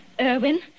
Irwin